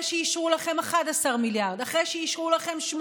ש"ח, שישה חודשים, משפחה בת